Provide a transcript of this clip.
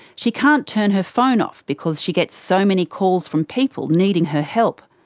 she can't turn her phone off because she gets so many calls from people needing her help.